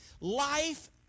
Life